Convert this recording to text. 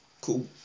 Cool